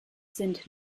sind